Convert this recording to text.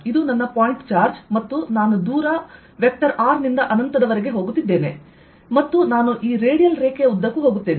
ಇದು ನನ್ನ ಪಾಯಿಂಟ್ಚಾರ್ಜ್ ಮತ್ತು ನಾನು ದೂರ ವೆಕ್ಟರ್ r ನಿಂದ ಅನಂತದವರೆಗೆ ಹೋಗುತ್ತಿದ್ದೇನೆ ಮತ್ತು ನಾನು ಈ ರೇಡಿಯಲ್ ರೇಖೆಯ ಉದ್ದಕ್ಕೂ ಹೋಗುತ್ತೇನೆ